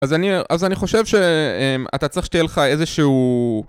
אז אני... אז אני חושב שאתה צריך שתהיה לך איזה שהוא...